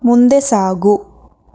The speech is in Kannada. ಮುಂದೆ ಸಾಗು